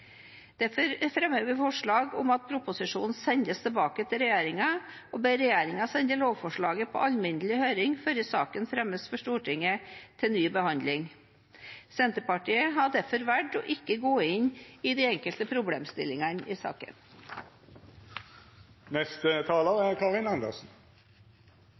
proposisjonen sendes tilbake til regjeringen, og at regjeringen sender lovforslaget på alminnelig høring før saken fremmes for Stortinget til ny behandling. Senterpartiet har derfor valgt ikke å gå inn i de enkelte problemstillingene i saken.